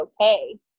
okay